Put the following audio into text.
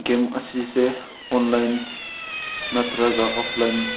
game ꯑꯁꯤꯁꯦ online ꯅꯠꯇ꯭ꯔꯒ offline